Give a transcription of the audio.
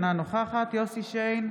אינה נוכחת יוסף שיין,